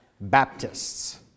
Baptists